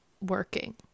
working